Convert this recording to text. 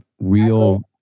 real